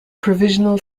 provisional